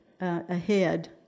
ahead